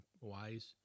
wise